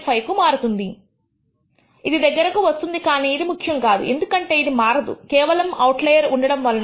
5 కు మారుతుంది ఇది దగ్గరకు వస్తుంది కానీ ఇది ముఖ్యము కాదు ఎందుకంటే ఇది మారదు కేవలము అవుట్లయర్ ఉండడం వలన